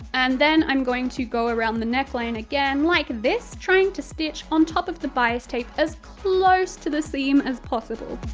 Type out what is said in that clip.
and then i'm going to go around the neckline again like this, trying to stitch on top of the bias tape as close to the seam as possible.